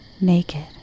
naked